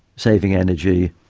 saving energy,